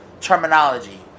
terminology